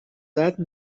قتل